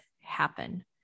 happen